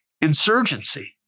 insurgency